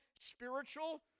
spiritual